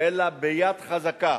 אלא ביד חזקה